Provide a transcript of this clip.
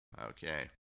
Okay